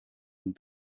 een